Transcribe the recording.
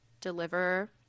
deliver